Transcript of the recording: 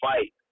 fight